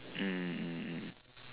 mm mm mm